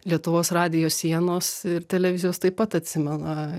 lietuvos radijo sienos ir televizijos taip pat atsimena